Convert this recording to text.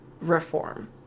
reform